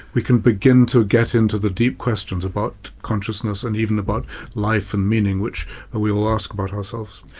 we can begin to get into the deep questions about consciousness and even about life and meaning, which but we all ask about ourselves.